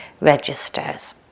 registers